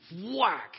Whack